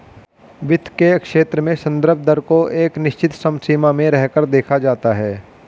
वित्त के क्षेत्र में संदर्भ दर को एक निश्चित समसीमा में रहकर देखा जाता है